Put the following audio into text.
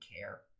care